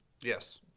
Yes